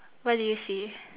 what do you see